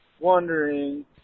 wondering